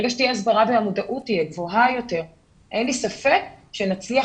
ברגע שתהיה הסברה ומודעות גבוהה יותר אין לי ספק שנצליח